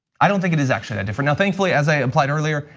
i don't think it is actually that different. now thankfully, as i implied earlier,